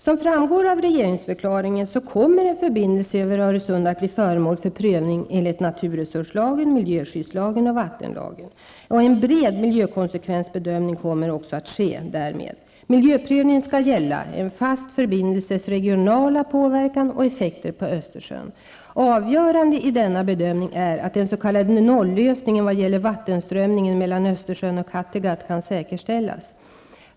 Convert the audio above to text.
Som framgår av regeringsförklaringen kommer en förbindelse över Öresund att bli föremål för prövning enligt naturresurslagen, miljöskyddslagen och vattenlagen. En bred miljökonsekvensbedömning kommer därmed att ske. Miljöprövningen skall gälla en fast förbindelses regionala påverkan och effekter på Östersjön. Avgörande i denna bedömning är att den s.k. nollösningen vad gäller vattenströmningen mellan Östersjön och Kattegatt kan säkerställas.